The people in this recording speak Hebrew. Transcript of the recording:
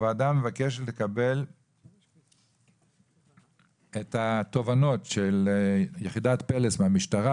הוועדה מבקשת לקבל את התובנות של יחידת פל"ס של המשטרה.